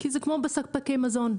כי זה כמו בספקי מזון.